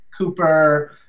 Cooper